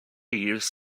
used